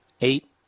Eight